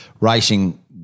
racing